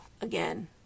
again